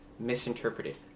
misinterpreted